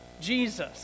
Jesus